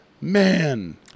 man